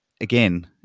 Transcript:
again